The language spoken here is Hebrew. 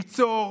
ליצור,